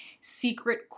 secret